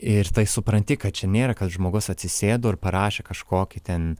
ir tai supranti kad čia nėra kad žmogus atsisėdo ir parašė kažkokį ten